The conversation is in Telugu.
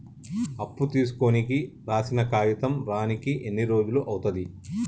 అప్పు తీసుకోనికి రాసిన కాగితం రానీకి ఎన్ని రోజులు అవుతది?